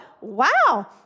wow